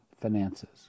finances